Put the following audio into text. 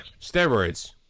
Steroids